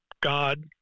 God